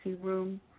room